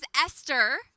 Esther